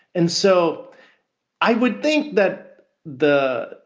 and so i would think that the